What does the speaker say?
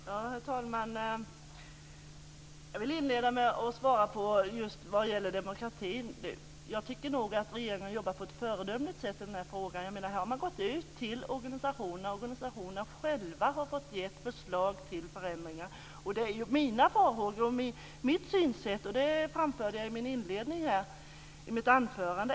Herr talman! Jag vill inleda med att svara på frågan om demokrati. Jag tycker nog att regeringen jobbar på ett föredömligt sätt i denna fråga. Man har gått ut till organisationerna. Organisationerna har själva fått ge förslag till förändringar. Mina farhågor och mitt synsätt framhöll jag i mitt inledningsanförande.